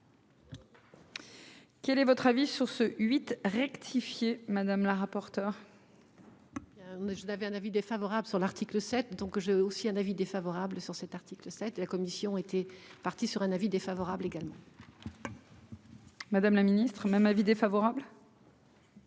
Quel est votre avis sur ce 8 rectifié madame la rapporteure. On ne vous avez un avis défavorable sur l'article 7 donc je aussi un avis défavorable sur cet article 7, la commission était parti sur un avis défavorable également. Madame la Ministre même avis défavorable.